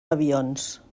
avions